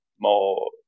more